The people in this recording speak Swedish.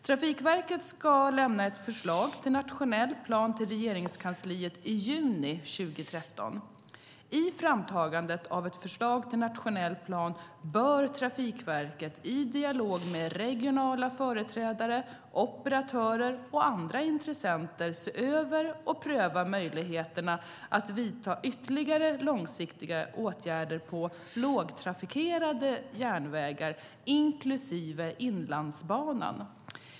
Trafikverket ska lämna ett förslag till nationell plan till Regeringskansliet i juni 2013. I framtagandet av ett förslag till nationell plan bör Trafikverket i dialog med regionala företrädare, operatörer och andra intressenter se över och pröva möjligheterna att vidta ytterligare långsiktiga åtgärder på lågtrafikerade järnvägar inklusive Inlandsbanan.